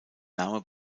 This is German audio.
name